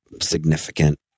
significant